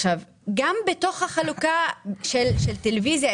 גם בתוך החלוקה של טלוויזיה,